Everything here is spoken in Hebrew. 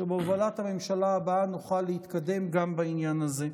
שבהובלת הממשלה הבאה נוכל להתקדם גם בעניין הזה.